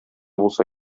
булса